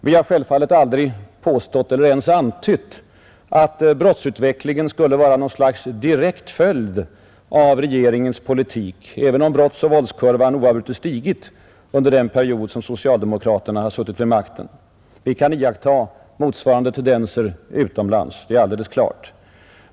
Vi har självfallet aldrig påstått eller ens antytt att brottsutvecklingen är en direkt följd av regeringens politik, även om brottsoch våldskurvan oavbrutet stigit under den period socialdemokraterna suttit vid makten. Vi kan iaktta motsvarande tendenser utomlands — det är alldeles klart.